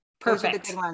Perfect